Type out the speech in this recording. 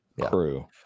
crew